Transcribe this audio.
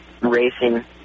racing